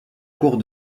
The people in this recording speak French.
cours